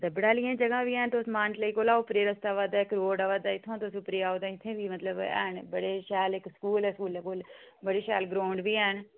दब्बड़ा आह्लियां जगहां बी हैन तुस मानतलाई कोला उप्पर रस्ता आवा दा इक्क रोड आवा दा इत्थुआं तुस उप्परै गी आओ ते इत्थै बी मतलब हैन बड़े शैल एक स्कूल ऐ स्कूलै कोल बड़ी शैल ग्रौंड बी हैन